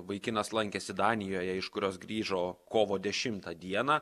vaikinas lankėsi danijoje iš kurios grįžo kovo dešimtą dieną